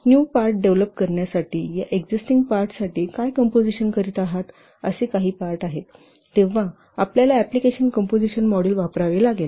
new part develop करण्यासाठी या existing पार्टसाठी काय कॉम्पोजिशन करीत आहात तेव्हा आपल्याला एप्लिकेशन कंपोजिशन मॉडेल वापरावे लागेल